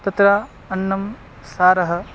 तत्र अन्नं सारः